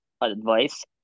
advice